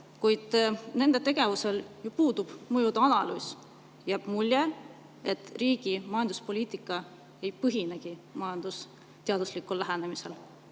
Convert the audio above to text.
sellel] tegevusel puudub mõjude analüüs. Jääb mulje, et riigi majanduspoliitika ei põhinegi majandusteaduslikul lähenemisel.